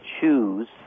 choose